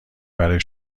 برای